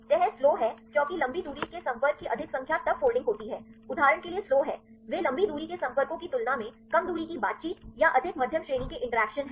तह स्लो है क्योंकि लंबी दूरी के संपर्क की अधिक संख्या तब फोल्डिंग होती है उदाहरण के लिए स्लो है वे लंबी दूरी के संपर्कों की तुलना में कम दूरी की बातचीत या अधिक मध्यम श्रेणी के इंटरैक्शन हैं